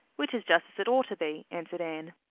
which is just as it ought to be, answered anne.